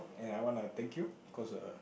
and I wanna thank you of course uh